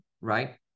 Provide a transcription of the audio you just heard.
right